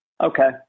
Okay